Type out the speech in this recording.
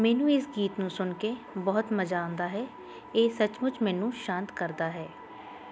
ਮੈਨੂੰ ਇਸ ਗੀਤ ਨੂੰ ਸੁਣ ਕੇ ਬਹੁਤ ਮਜ਼ਾ ਆਉਂਦਾ ਹੈ ਇਹ ਸੱਚਮੁੱਚ ਮੈਨੂੰ ਸ਼ਾਂਤ ਕਰਦਾ ਹੈ